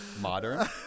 modern